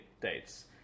Dates